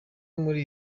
muri